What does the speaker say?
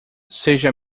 seja